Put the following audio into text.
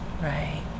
Right